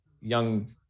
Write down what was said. young